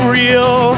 real